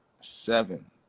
seven